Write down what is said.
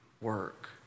work